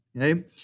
Okay